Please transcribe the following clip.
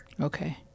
Okay